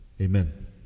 Amen